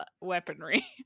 weaponry